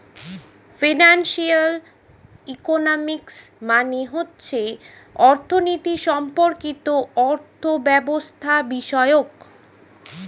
financial economics মানে হচ্ছে অর্থনীতি সম্পর্কিত অর্থব্যবস্থাবিষয়ক